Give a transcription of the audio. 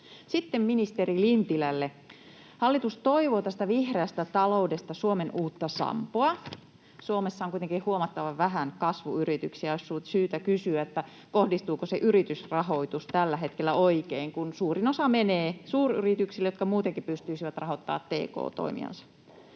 Sitten ministeri Lintilälle: Hallitus toivoo tästä vihreästä taloudesta Suomen uutta sampoa. Suomessa on kuitenkin huomattavan vähän kasvuyrityksiä, ja on syytä kysyä, kohdistuuko se yritysrahoitus tällä hetkellä oikein, kun suurin osa menee suuryrityksille, jotka muutenkin pystyisivät rahoittamaan tk-toimiansa.